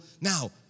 Now